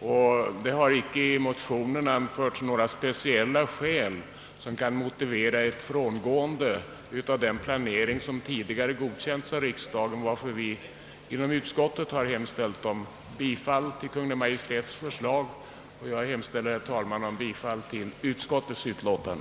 och det har icke i motionerna eller reservationen anförts några speciella skäl som kan motivera ett frångående av den planering som tidigare godkänts av riksdagen. Utskottet har därför tillstyrkt Kungl. Maj:ts förslag, och jag hemställer, herr talman, om bifall till utskottets förslag.